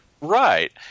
Right